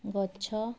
ଗଛ